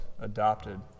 adopted